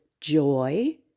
joy